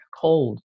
cold